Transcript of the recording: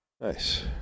nice